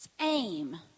aim